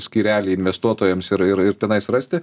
skyrelį investuotojams ir ir tenais rasti